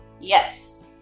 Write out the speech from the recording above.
Yes